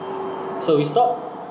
so we stop